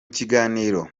kiganiro